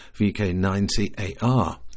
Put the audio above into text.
VK90AR